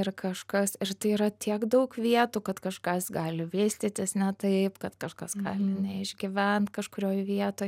ir kažkas ir tai yra tiek daug vietų kad kažkas gali vystytis ne taip kad kažkas gali neišgyvent kažkurioj vietoj